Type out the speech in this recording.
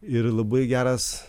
ir labai geras